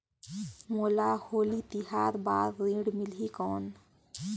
मोला होली तिहार बार ऋण मिलही कौन?